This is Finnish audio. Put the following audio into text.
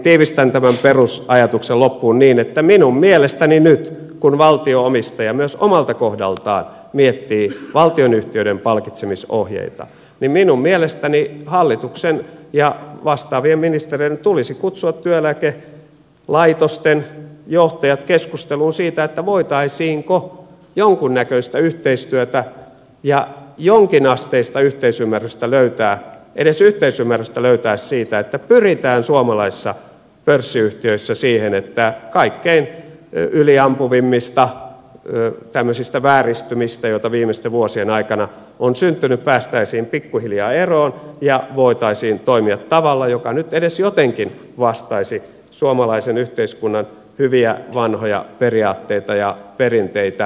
tiivistän tämän perusajatuksen loppuun niin että nyt kun valtio omistaja myös omalta kohdaltaan miettii valtionyhtiöiden palkitsemisohjeita minun mielestäni hallituksen ja vastaavien ministereiden tulisi kutsua työeläkelaitosten johtajat keskusteluun siitä voitaisiinko jonkunnäköistä yhteistyötä ja jonkinasteista edes yhteisymmärrystä löytää siitä että pyritään suomalaisissa pörssiyhtiöissä siihen että kaikkein yliampuvimmista tämmöisistä vääristymistä joita viimeisten vuosien aikana on syntynyt päästäisiin pikkuhiljaa eroon ja voitaisiin toimia tavalla joka nyt edes jotenkin vastaisi suomalaisen yhteiskunnan hyviä vanhoja periaatteita ja perinteitä